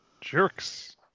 Jerks